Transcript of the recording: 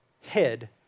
head